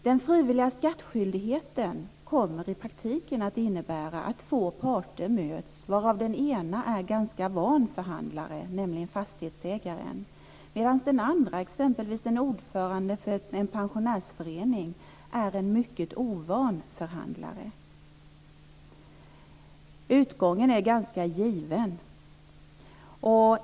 Den frivilliga skattskyldigheten kommer i praktiken att innebära att två parter möts varav den ena är ganska van förhandlare, nämligen fastighetsägaren, medan den andra, exempelvis en ordförande för en pensionärsförening, är en mycket ovan förhandlare. Utgången är ganska given.